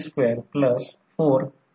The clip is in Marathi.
दुसरे हे आहे आणि म्हणूनच ते आहे